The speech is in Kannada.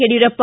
ಯಡಿಯೂರಪ್ಪ